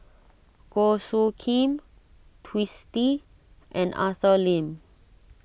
Goh Soo Khim Twisstii and Arthur Lim